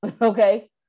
okay